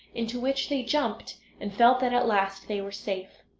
into which they jumped, and felt that at last they were safe.